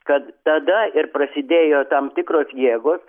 kad tada ir prasidėjo tam tikros jėgos